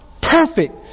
perfect